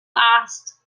last